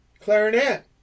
clarinet